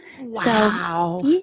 Wow